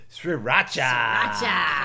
Sriracha